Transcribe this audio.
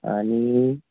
आणि